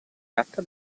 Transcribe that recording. gatta